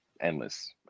endless